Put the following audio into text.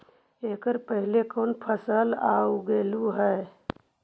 एकड़ पहले कौन फसल उगएलू हा?